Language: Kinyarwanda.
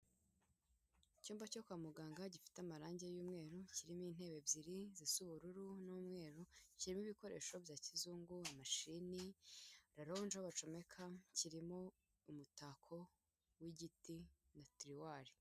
Icyumba cyo kwa muganga gifite amarangi y'umweru, kirimo intebe ebyiri zisa ubururu n'umweru, kirimo ibikoresho bya kizungu, mashini, laronje aho bacomeka, kirimo umutako w'igiti na tiruwari.